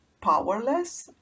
powerless